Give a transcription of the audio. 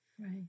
Right